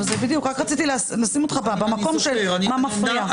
רק רציתי לשים אותך במקום של מה מפריע.